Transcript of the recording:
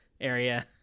area